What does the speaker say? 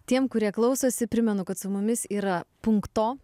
tiem kurie klausosi primenu kad su mumis yra punkto